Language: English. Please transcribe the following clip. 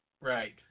Right